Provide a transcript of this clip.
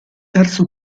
terzo